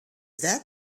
that